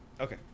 Okay